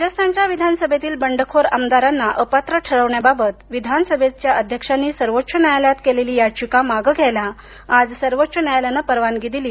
राजस्थानच्या विधानसभेतील बंडखोर आमदारांना अपात्र ठरवण्याबाबत विधानसभा अध्यक्षांनी सर्वोच्च न्यायालयात केलेली याचिका मागे घ्यायला आज सर्वोच्च न्यायालयानं परवानगी दिली